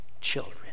children